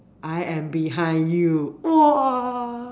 I am behind you !woah!